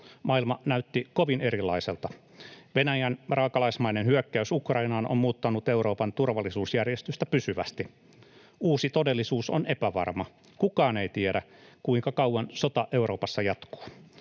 maailma näytti kovin erilaiselta. Venäjän raakalaismainen hyökkäys Ukrainaan on muuttanut Euroopan turvallisuusjärjestystä pysyvästi. Uusi todellisuus on epävarma. Kukaan ei tiedä, kuinka kauan sota Euroopassa jatkuu.